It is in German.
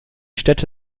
städte